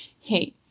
hey